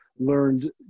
learned